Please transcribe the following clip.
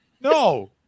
No